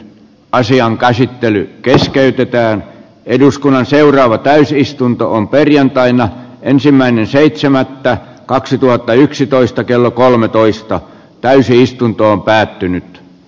asian käsittely keskeytetään eduskunnan seuraava täysistuntoon perjantaina ensimmäinen seitsemättä kaksituhattayksitoista kello kolmetoista täysistuntoon päätynyt p